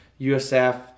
USF